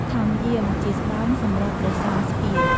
ថង់យាម ជាស្បោងសម្រាប់ព្រះសង្ឃស្ពាយ។